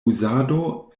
uzado